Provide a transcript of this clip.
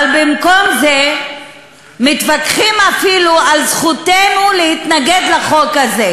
אבל במקום זה מתווכחים אפילו על זכותנו להתנגד לחוק הזה,